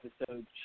episode